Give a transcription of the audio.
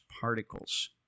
particles